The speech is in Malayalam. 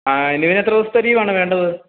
ആ നിവിന് എത്ര ദിവസത്തെ ലീവ് ആണ് വേണ്ടത്